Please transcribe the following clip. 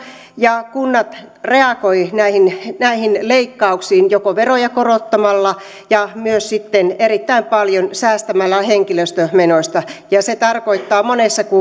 ja kunnat reagoivat näihin näihin leikkauksiin joko veroja korottamalla tai myös sitten erittäin paljon säästämällä henkilöstömenoista se tarkoittaa monessa